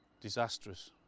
Disastrous